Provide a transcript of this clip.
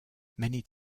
many